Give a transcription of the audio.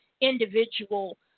individual